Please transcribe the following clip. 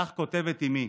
כך כותבת אימי: